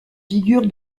figure